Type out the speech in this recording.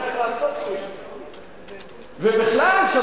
הם יכולים ללמד אותך איך לעשות סושי.